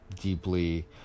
deeply